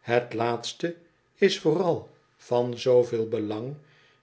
het laatste is vooral van zooveel belang